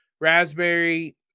raspberry